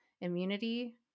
immunity